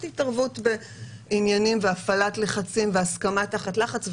התערבות בעניינים והפעלת לחצים והסכמה תחת לחץ.